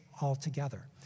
altogether